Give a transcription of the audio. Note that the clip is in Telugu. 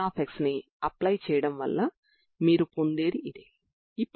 మీరు ఒకటే పరిష్కారాన్ని కలిగి ఉన్నారు